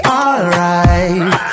alright